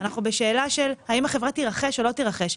אנחנו בשאלה של האם החברה תירכש או לא תירכש.